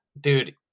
dude